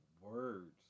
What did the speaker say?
words